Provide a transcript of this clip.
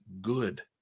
good